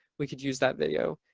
we could use that video.